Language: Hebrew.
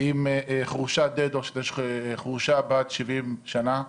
עם 'חורשת דדו' שזו חורשה בת 70 שנה,